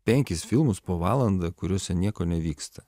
penkis filmus po valandą kuriuose nieko nevyksta